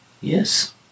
Yes